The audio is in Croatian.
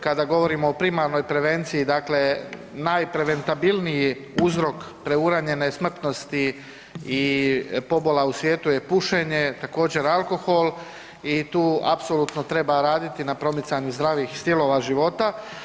Kada govorimo o primarnoj prevenciji, dakle najpreventabilniji uzrok preuranjene smrtnosti i pobola u svijetu je pušenje, također alkohol i tu apsolutno treba raditi na promicanju zdravih stilova života.